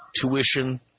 Tuition